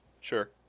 Sure